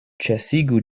ĉesigu